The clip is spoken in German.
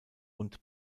und